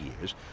years